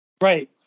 Right